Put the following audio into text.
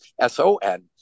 S-O-N